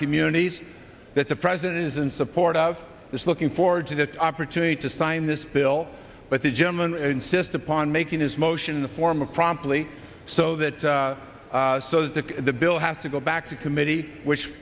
communities that the president is in support of this looking forward to the opportunity to sign this bill but the german insist upon making this motion in the form of promptly so that the bill has to go back to committee which